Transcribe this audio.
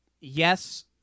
Yes